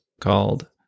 called